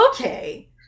okay